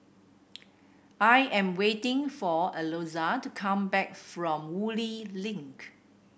I am waiting for Alonza to come back from Woodleigh Link